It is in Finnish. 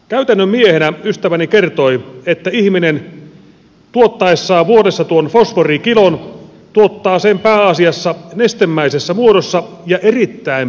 käytännön miehenä ystäväni kertoi että ihminen tuottaessaan vuodessa tuon fosforikilon tuottaa sen pääasiassa nestemäisessä muodossa ja erittäin pieninä päiväannoksina